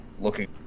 looking